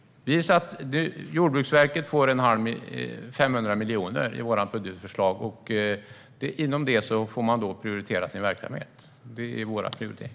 Jordbruksverket får 500 miljoner i vårt budgetförslag. Inom den ramen får man prioritera i sin verksamhet. Det är vår prioritering.